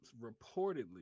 reportedly